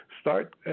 start